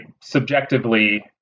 subjectively